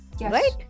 Right